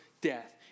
death